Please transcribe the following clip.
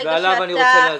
ועליו אני רוצה להצביע.